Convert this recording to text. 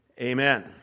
Amen